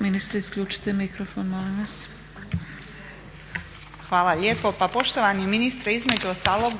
**Juričev-Martinčev, Branka (HDZ)** Hvala lijepo. Pa poštovani ministre između ostalog